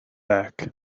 back